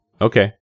Okay